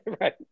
Right